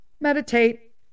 meditate